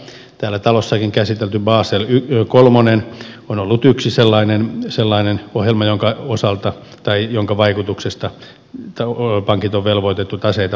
täällä talossakin käsitelty basel iii on ollut yksi sellainen ohjelma jonka vaikutuksesta pankit on velvoitettu taseita parantamaan